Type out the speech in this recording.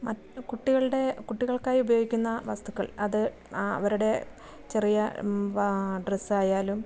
കുട്ടികളുടെ കുട്ടികൾക്കായി ഉപയോഗിക്കുന്ന വസ്തുക്കൾ അത് അവരുടെ ചെറിയ ഡ്രസ്സായാലും